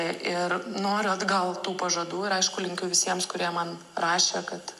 ir noriu atgal tų pažadų ir aišku linkiu visiems kurie man rašė kad